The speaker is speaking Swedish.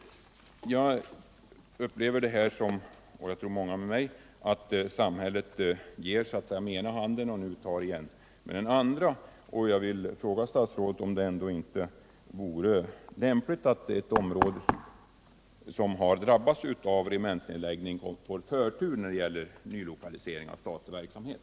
Jag — och jag tror många med mig — upplever det här som att samhället så att säga ger med den ena handen och tar igen med den andra. Jag vill fråga statsrådet om det ändå inte vore lämpligt att ett område som har drabbats av regementsnedläggning får förtur när det gäller nylokalisering av statlig verksamhet.